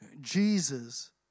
Jesus